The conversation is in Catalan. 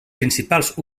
principals